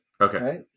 Okay